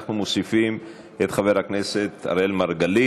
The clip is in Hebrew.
אנחנו מוסיפים את חבר הכנסת אראל מרגלית.